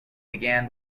began